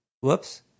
Whoops